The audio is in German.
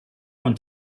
von